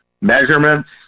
measurements